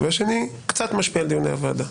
והשני קצת משפיע על דיוני הוועדה.